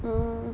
um